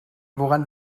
woran